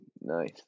nice